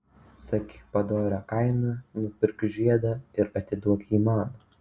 sakyk padorią kainą nupirk žiedą ir atiduok jį man